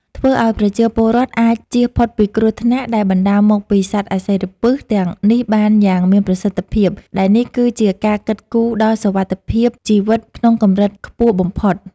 ធ្វើឱ្យប្រជាពលរដ្ឋអាចជៀសផុតពីគ្រោះថ្នាក់ដែលបណ្ដាលមកពីសត្វអសិរពិសទាំងនេះបានយ៉ាងមានប្រសិទ្ធភាព ដែលនេះគឺជាការគិតគូរដល់សុវត្ថិភាពជីវិតក្នុងកម្រិតខ្ពស់បំផុត។